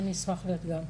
אני אשמח להגיע.